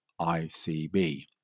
ICB